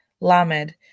Lamed